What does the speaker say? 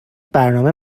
برنامه